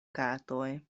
katoj